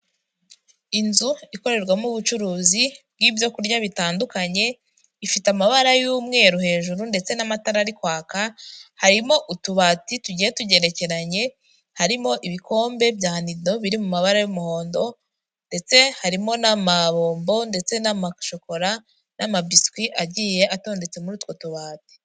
Inzu ikorerwamo ubucuruzi bw'ibyokurya bitandukanye, ifite amabara y'umweru hejuru ndetse n'amatara arikwaka, harimo utubati tugiye tugerekeranye harimo ibikombe bya nido biri mu mabara y'umuhondo ndetse harimo n'amabombo ndetse n'ama shokora n'amabiswi agiye atondetse muri utwo tubati.